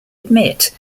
admit